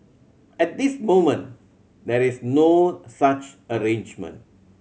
at this moment there is no such arrangement